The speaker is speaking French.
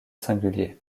singulier